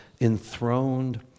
enthroned